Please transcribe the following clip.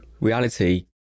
reality